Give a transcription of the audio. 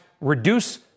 reduce